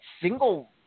single